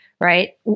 right